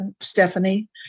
Stephanie